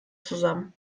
zusammen